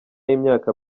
y’imyaka